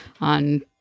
on